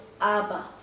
Abba